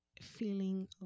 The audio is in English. feeling